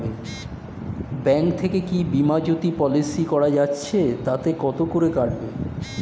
Bank থেকে কী Bima Jyoti policy করা যাচ্ছে তাতে কত করে কাটবে?